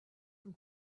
from